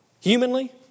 Humanly